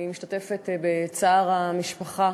אני משתתפת בצער המשפחה.